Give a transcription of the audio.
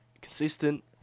consistent